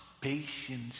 patience